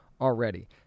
already